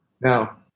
Now